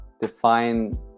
define